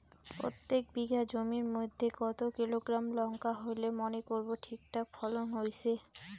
প্রত্যেক বিঘা জমির মইধ্যে কতো কিলোগ্রাম লঙ্কা হইলে মনে করব ঠিকঠাক ফলন হইছে?